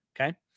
okay